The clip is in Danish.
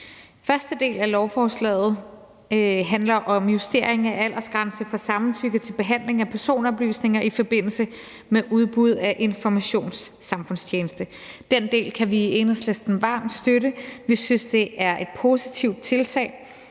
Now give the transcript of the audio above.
Første del af lovforslaget handler om justering af aldersgrænsen for samtykke til behandling af personoplysninger i forbindelse med udbud af informationssamfundstjeneste. Den del kan vi i Enhedslisten varmt støtte. Vi synes, det er et positivt tiltag,